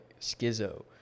schizo